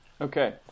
Okay